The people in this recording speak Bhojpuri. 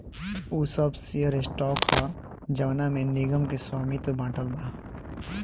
उ सब शेयर स्टॉक ह जवना में निगम के स्वामित्व बाटल बा